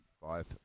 Five